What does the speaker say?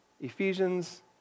Ephesians